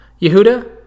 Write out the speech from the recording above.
Yehuda